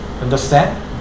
understand